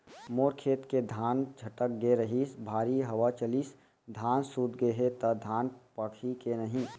मोर खेत के धान छटक गे रहीस, भारी हवा चलिस, धान सूत गे हे, त धान पाकही के नहीं?